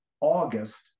august